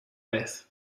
vez